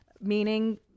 meaning